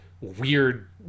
weird